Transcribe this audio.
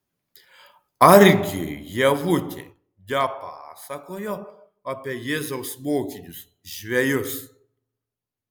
argi ievutė nepasakojo apie jėzaus mokinius žvejus